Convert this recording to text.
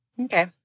Okay